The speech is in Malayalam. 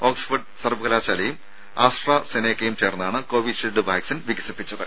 ഓക്സ്ഫോർഡ് സർവ്വകലാശാലയും ആസ്ട്ര സെനേകയും ചേർന്നാണ് കോവിഷീൽഡ് വാക്സിൻ വികസിപ്പിച്ചത്